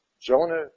Jonah